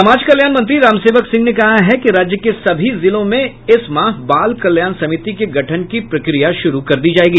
समाज कल्याण मंत्री रामसेवक सिंह ने कहा है कि राज्य के सभी जिलों में इस माह बाल कल्याण समिति के गठन की प्रक्रिया शुरू कर दी जायेगी